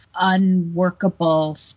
unworkable